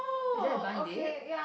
I did a blink date